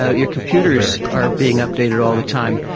ah your computers are being updated all the time.